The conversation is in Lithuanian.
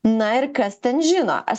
na ir kas ten žino aš